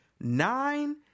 nine